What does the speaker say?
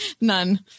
None